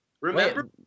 Remember